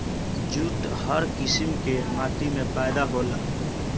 jute हर किसिम के माटी में पैदा होला